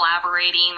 collaborating